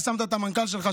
ושמת את המנכ"ל שלך,